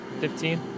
Fifteen